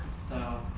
so